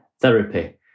therapy